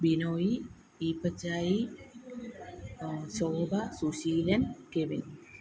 Binoy Eappachayi Shobha Susheelan Kevin